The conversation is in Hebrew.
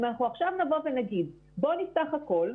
אם אנחנו עכשיו נבוא ונגיד בואו נפתח הכול,